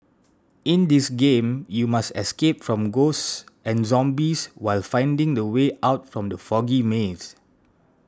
in this game you must escape from ghosts and zombies while finding the way out from the foggy maze